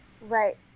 Right